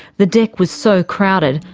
the deck was so crowded,